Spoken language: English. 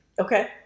Okay